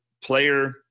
player